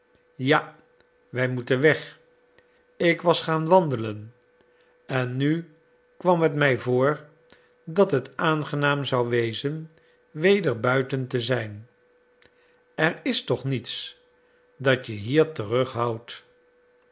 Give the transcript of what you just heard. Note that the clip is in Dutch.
ja wij moeten weg ik was gaan wandelen en nu kwam het mij voor dat het aangenaam zou wezen weder buiten te zijn er is toch niets dat je hier